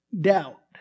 doubt